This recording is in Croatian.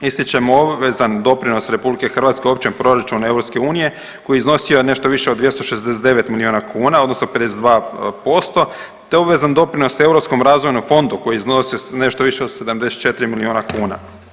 Ističemo obvezan doprinos RH općem proračunu EU koji je iznosio nešto više od 269 miliona kuna odnosno 52% te obvezan doprinos Europskom razvojnom fondu koji je iznosi nešto više od 74 miliona kuna.